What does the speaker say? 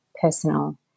personal